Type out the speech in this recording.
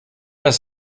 das